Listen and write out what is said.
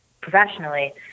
professionally